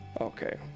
Okay